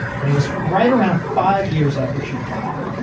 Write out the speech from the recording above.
and it was right around five years after she died.